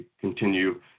continue